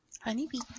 honeybee